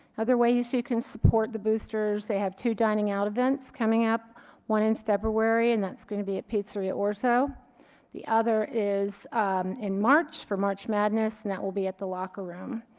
other ways you can support the boosters they have two dining out events coming up one in february and that's going to be at pizzaria orzo the other is in march for march madness and that will be at the locker room